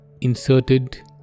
inserted